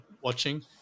watching